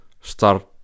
Start